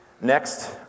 Next